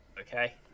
Okay